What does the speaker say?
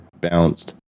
bounced